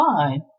fine